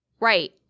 Right